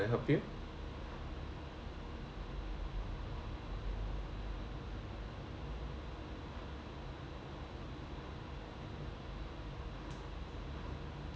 mmhmm